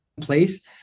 place